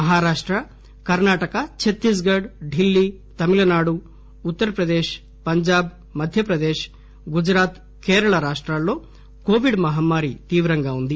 Maharashtra Karnataka Chhattisgarh Delhi Tamil Nadu Uttar Pradesh Punjab Madhya Pradesh Gujarat Kerala రాష్టాల్లో Covid మహమ్మారి తీవ్రంగా వ్యాపించిఉంది